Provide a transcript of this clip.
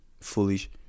foolish